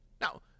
Now